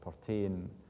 pertain